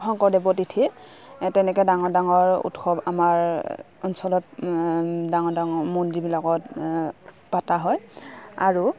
শংকৰদেৱৰ তিথিত তেনেকে ডাঙৰ ডাঙৰ উৎসৱ আমাৰ অঞ্চলত ডাঙৰ ডাঙৰ মন্দিৰবিলাকত পতা হয় আৰু